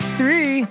three